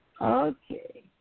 Okay